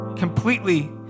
completely